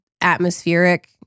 atmospheric